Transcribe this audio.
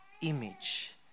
image